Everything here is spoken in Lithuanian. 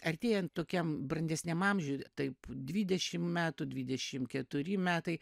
artėjant tokiam brandesniam amžiui taip dvidešim metų dvidešim keturi metai